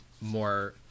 more